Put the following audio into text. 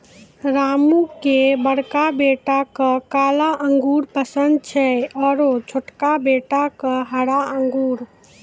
रामू के बड़का बेटा क काला अंगूर पसंद छै आरो छोटका बेटा क हरा अंगूर